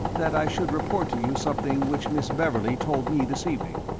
that i should report to you something which miss beverley told me this evening.